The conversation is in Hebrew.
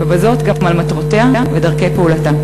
ובזאת גם על מטרותיה ודרכי פעולתה.